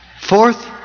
Fourth